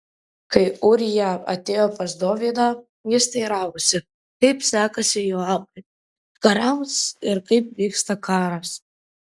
kai ūrija atėjo pas dovydą jis teiravosi kaip sekasi joabui kariams ir kaip vyksta karas